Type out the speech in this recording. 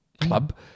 club